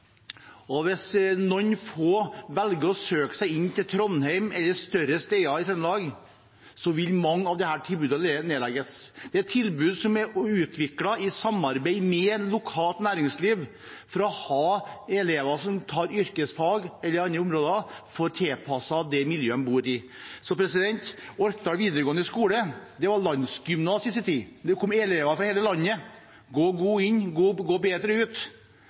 og hvis noen få velger å søke seg inn til Trondheim eller større steder i Trøndelag, vil mange av disse tilbudene legges ned. Dette er tilbud som er utviklet i samarbeid med lokalt næringsliv, slik at elever som tar yrkesfag eller utdanning på andre områder, får et tilbud tilpasset det miljøet en bor i. Orkdal videregående skole var i sin tid landsgymnas. Det kom elever fra hele landet. Gå god inn – gå bedre ut.